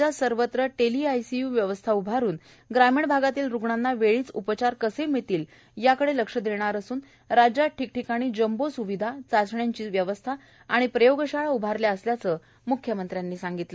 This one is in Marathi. राज्यात सर्वत्र टेलीआयसीय् व्यवस्था उभारून ग्रामीण भागातल्या रुग्णांना वेळीच उपचार कसे मिळतील याकडे लक्ष देणार असून राज्यात ठिकठिकाणी जम्बो स्विधा चाचण्यांची व्यवस्था प्रयोगशाळा उभारल्या असल्याचं म्ख्यमंत्र्यांनी सांगितलं